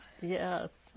Yes